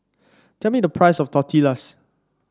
tell me the price of Tortillas